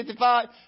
55